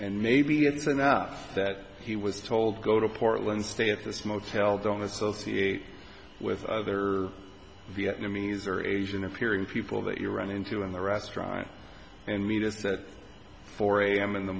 and maybe it's enough that he was told go to portland stay at this motel don't associate with other vietnamese or asian appearing people that you run into in the restaurant and meet us at four am in the